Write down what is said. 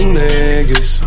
niggas